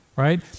right